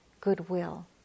goodwill